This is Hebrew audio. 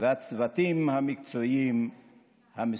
והצוותים המקצועיים המסורים.